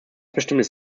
bestimmtes